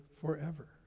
forever